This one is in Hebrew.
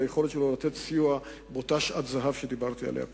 היכולת שלו לתת סיוע באותה "שעת זהב" שדיברתי עליה קודם.